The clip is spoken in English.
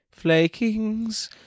Flakings